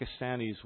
Pakistanis